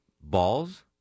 Balls